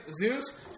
Zeus